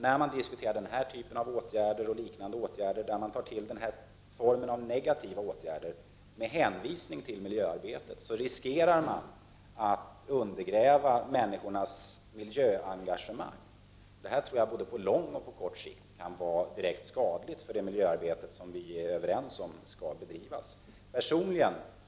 När man diskuterar den här typen av negativa åtgärder med hänvisning till miljöarbetet, riskerar man att undergräva människornas miljöengagemang. Det tror jag kan vara på både kort och lång sikt skadligt för det miljöarbete som vi är överens om skall bedrivas.